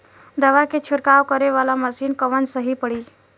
दवा के छिड़काव करे वाला मशीन कवन सही पड़ी?